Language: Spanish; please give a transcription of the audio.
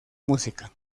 música